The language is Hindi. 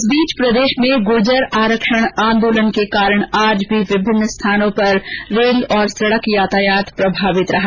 इस बीच प्रदेश में गुर्जर आरक्षण आंदोलन के कारण आज भी विभिन्न स्थानों पर रेल और सड़क यातायात प्रभावित रहा